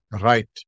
right